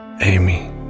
Amy